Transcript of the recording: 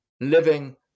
living